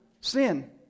sin